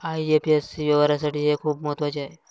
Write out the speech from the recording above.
IFSC व्यवहारासाठी हे खूप महत्वाचे आहे